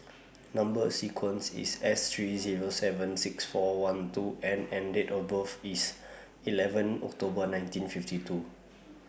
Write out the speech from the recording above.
Number sequence IS S three Zero seven six four one two N and Date of birth IS eleven October nineteen fifty two